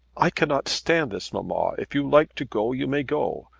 i cannot stand this, mamma. if you like to go you may go.